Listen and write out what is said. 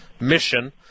mission